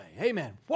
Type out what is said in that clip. Amen